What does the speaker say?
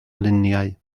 luniau